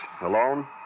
alone